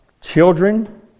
children